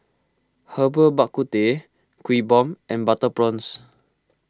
Herbal Bak Ku Teh Kuih Bom and Butter Prawns